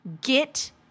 Get